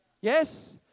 Yes